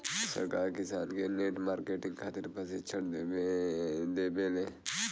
सरकार किसान के नेट मार्केटिंग खातिर प्रक्षिक्षण देबेले?